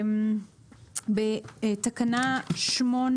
בתקנה 8,